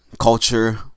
culture